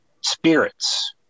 spirits